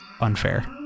unfair